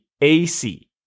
AC